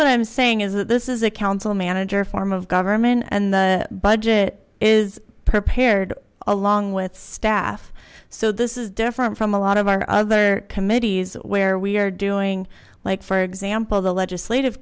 what i'm saying is that this is a council manager form of government and the budget is prepared along with staff so this is different from a lot of our other committees where we are doing like for example the legislative